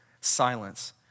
silence